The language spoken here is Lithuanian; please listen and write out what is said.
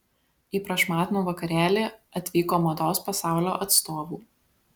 į prašmatnų vakarėlį atvyko mados pasaulio atstovų